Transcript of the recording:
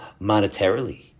monetarily